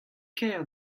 ker